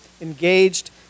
engaged